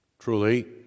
Truly